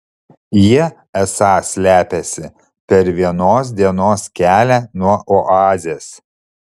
jie esą slepiasi per vienos dienos kelią nuo oazės